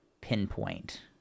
pinpoint